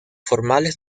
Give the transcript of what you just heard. formales